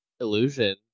illusion